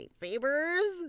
lightsabers